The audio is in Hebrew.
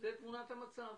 זו תמונת המצב.